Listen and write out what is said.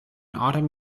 autumn